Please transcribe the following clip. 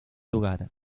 lugar